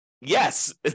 yes